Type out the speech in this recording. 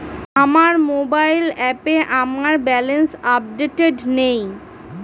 আমার মোবাইল অ্যাপে আমার ব্যালেন্স আপডেটেড নেই